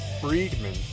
Friedman